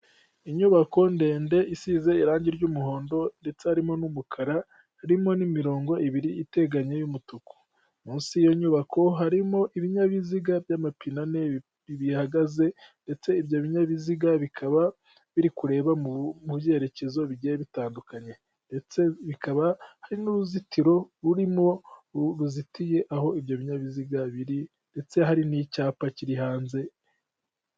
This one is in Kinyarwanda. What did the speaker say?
Inyubako ndende isize irangi ry'umuhondo ndetse harimo n'umukara, harimo n'imirongo ibiri iteganye y'umutuku; munsi y'iyo nyubako harimo ibinyabiziga by'amapine bihagaze ndetse ibyo binyabiziga bikaba biri kureba mu byerekezo bi bitandukanye ndetse bikaba hari n'uruzitiro rurimo, aho ruzitiye aho ibyo binyabiziga biri ndetse hari n'icyapa kiri hanze.